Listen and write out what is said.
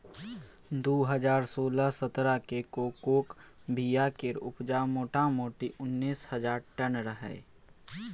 दु हजार सोलह सतरह मे कोकोक बीया केर उपजा मोटामोटी उन्नैस हजार टन रहय